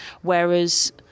Whereas